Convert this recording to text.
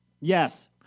Yes